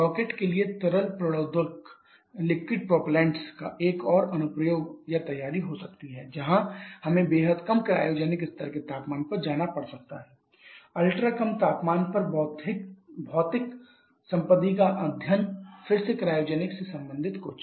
rocket के लिए तरल प्रणोदक का एक और अनुप्रयोग या तैयारी हो सकती है जहां हमें बेहद कम क्रायोजेनिक स्तर के तापमान पर जाना पड़ सकता है अल्ट्रा कम तापमान पर भौतिक संपत्ति का अध्ययन फिर से क्रायोजेनिक्स से संबंधित कुछ